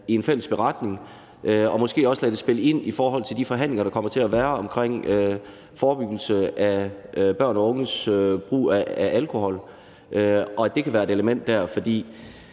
i en fælles beretning og måske også lade spille ind i de forhandlinger, der kommer til at være om forebyggelse af børn og unges brug af alkohol. Det kan være et element dér, for